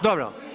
Dobro.